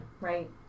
Right